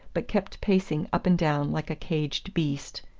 but kept pacing up and down like a caged beast.